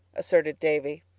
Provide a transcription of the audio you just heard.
asseverated davy.